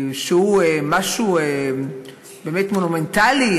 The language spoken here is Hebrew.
שהוא משהו באמת מונומנטלי,